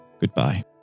goodbye